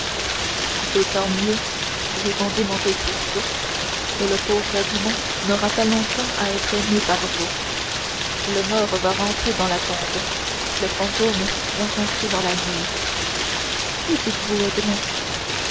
d'autant mieux répondit monte cristo que le pauvre edmond n'aura pas longtemps à être aimé par vous le mort va rentrer dans la tombe le fantôme va rentrer dans la nuit que dites-vous